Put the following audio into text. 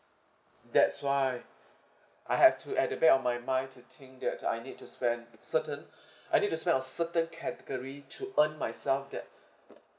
that's why I have to at the back of my mind to think that I need to spend certain I need to spend on certain category to earn myself that